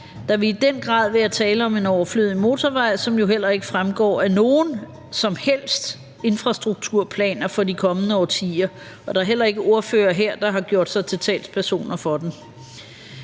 Der vil i den grad være tale om en overflødig motorvej, som jo heller ikke fremgår af nogen som helst infrastrukturplaner for de kommende årtier, og der er heller ikke ordførere her, der har gjort sig til talspersoner for den.